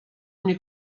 mnie